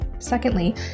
Secondly